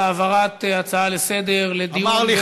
על העברת ההצעה לסדר-היום לדיון,